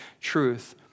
truth